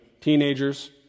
Teenagers